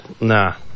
Nah